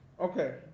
Okay